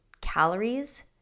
calories